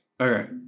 Okay